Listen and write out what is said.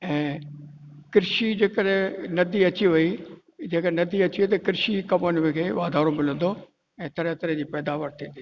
ऐं कृषी जे करे नदी अची वई जेके नदी अची वई त कृषी कमनि खे वाधारो मिलंदो ऐं तरह तरह जी पैदावर थींदी